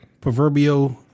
proverbial